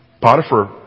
Potiphar